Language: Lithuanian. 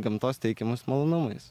gamtos teikiamais malonumais